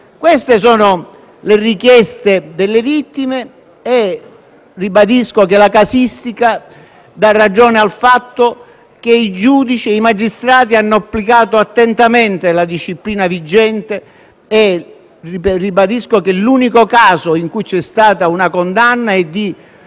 Queste sono le richieste delle vittime e ribadisco che la casistica dà ragione al fatto che i giudici e i magistrati hanno applicato attentamente la disciplina vigente. L'unico caso in cui c'è stata una condanna è